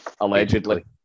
allegedly